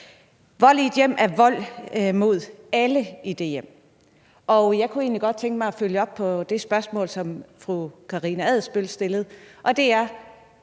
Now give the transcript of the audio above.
Vold i et hjem er vold imod alle i det hjem, og jeg kunne egentlig godt tænke mig at følge op på det spørgsmål, som fru Karina Adsbøl stillede. Når